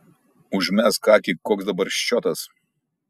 užmesk akį koks dabar ščiotas